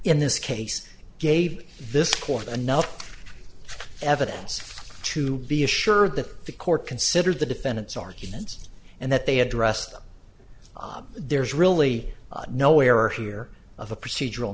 in this case gave this court enough evidence to be assured that the court considered the defendant's arguments and that they addressed them there's really no error here of a procedural